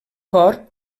cor